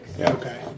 Okay